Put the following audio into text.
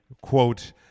quote